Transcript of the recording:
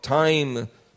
time